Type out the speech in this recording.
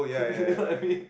you know what I mean